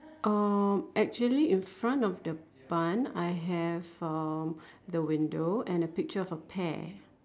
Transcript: uh actually in front of the bun I have uh the window and a picture of a pear